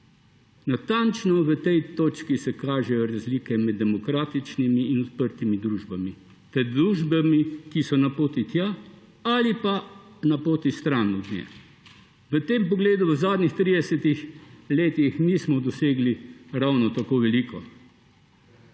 Natančno v tej točki se kažejo razlike med demokratičnimi in odprtimi družbami ter družbami, ki so na poti tja ali pa na poti stran od nje. V tem pogledu v zadnjih tridesetih letih nismo dosegli ravno tako veliko.